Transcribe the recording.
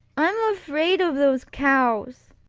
i'm afraid of those cows,